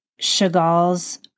Chagall's